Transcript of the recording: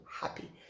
happy